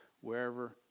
wherever